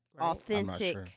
authentic